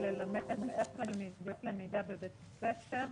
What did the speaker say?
--- למידה בבית הספר.